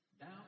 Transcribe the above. down